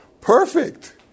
Perfect